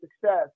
success